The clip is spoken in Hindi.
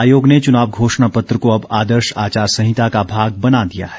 आयोग ने चुनाव घोषणा पत्र को अब आदर्श आचार संहिता का भाग बना दिया है